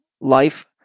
life